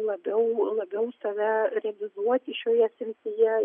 labiau labiau save realizuoti šioje srityje